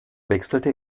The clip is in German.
wechselte